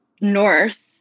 north